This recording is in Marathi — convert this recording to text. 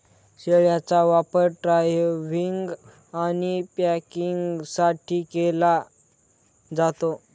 शेळ्यांचा वापर ड्रायव्हिंग आणि पॅकिंगसाठी केला जातो